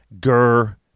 Gur